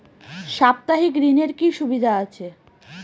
সাপ্তাহিক ঋণের কি সুবিধা আছে?